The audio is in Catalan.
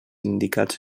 indicats